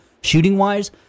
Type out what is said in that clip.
shooting-wise